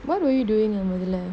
what were you doing in மொதல்ல:mothalla